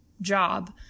job